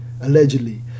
allegedly